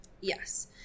Yes